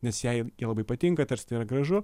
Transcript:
nes jai jie labai patinka tarsi tai yra gražu